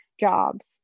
jobs